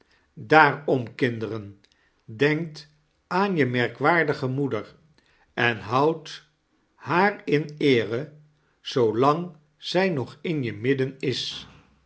daarorn kinderen denkt aan je merkwaardige moeder en houdt haar in eere zoo lang zij nog in je midden is